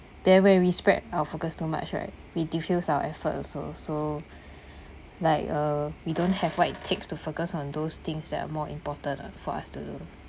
there where we spread our focus too much right we diffuse our efforts also so like uh we don't have void takes to focus on those things that are more important for us to do